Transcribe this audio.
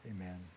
Amen